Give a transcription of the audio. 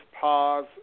pause